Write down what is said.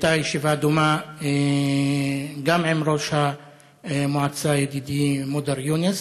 הייתה ישיבה דומה גם עם ראש המועצה ידידי מודר יונס,